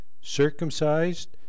circumcised